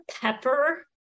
pepper